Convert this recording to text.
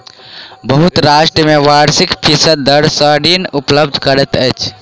बहुत राष्ट्र में वार्षिक फीसदी दर सॅ ऋण उपलब्ध करैत अछि